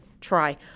Try